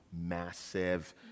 massive